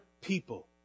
people